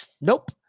Nope